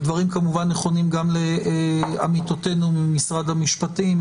דברים כמובן נכונים גם לעמיתותינו ממשרד המשפטים,